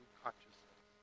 consciousness